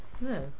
No